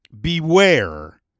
beware